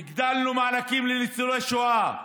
הגדלנו מענקים לניצולי שואה.